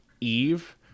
Eve